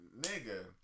nigga